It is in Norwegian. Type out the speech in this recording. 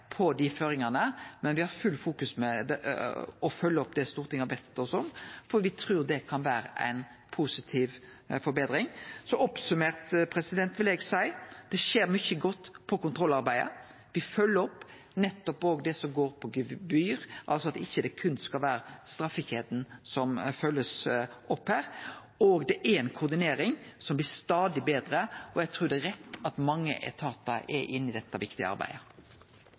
på dei føringane, men me har fullt fokus på å følgje opp det Stortinget har bedt oss om, for me trur det kan vere ei positiv forbetring. Oppsummert vil eg seie: Det skjer mykje godt på kontrollarbeidet, me følgjer opp det som går på gebyr, altså at det ikkje skal vere berre straffekjeda som blir følgd opp her. Det er ei koordinering som blir stadig betre, og eg trur det er rett at mange etatar er inne i dette viktige arbeidet.